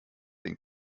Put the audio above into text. den